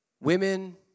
women